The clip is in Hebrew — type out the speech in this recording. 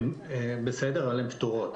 בסדר, אבל הן פטורות.